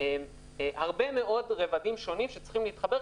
יש פה הרבה מאוד רבדים שונים שצריכים להתחבר,